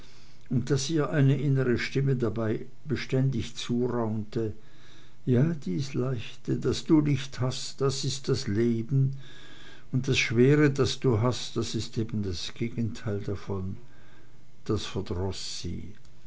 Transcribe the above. und daß ihr eine innere stimme dabei beständig zuraunte ja dies leichte das du nicht hast das ist das leben und das schwere das du hast das ist eben das gegenteil davon das verdroß sie